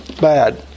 Bad